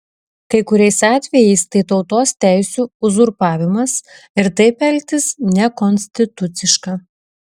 kai kuriais atvejais tai tautos teisių uzurpavimas ir taip elgtis nekonstituciška